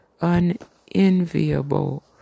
unenviable